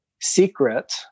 secret